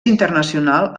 internacional